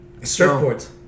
surfboards